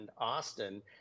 Austin